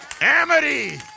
Amity